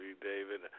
David